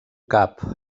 cap